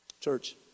Church